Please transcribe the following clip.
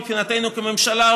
מבחינתנו כממשלה,